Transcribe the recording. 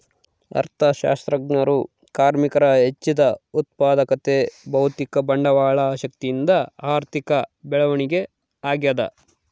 ಅರ್ಥಶಾಸ್ತ್ರಜ್ಞರು ಕಾರ್ಮಿಕರ ಹೆಚ್ಚಿದ ಉತ್ಪಾದಕತೆ ಭೌತಿಕ ಬಂಡವಾಳ ಶಕ್ತಿಯಿಂದ ಆರ್ಥಿಕ ಬೆಳವಣಿಗೆ ಆಗ್ತದ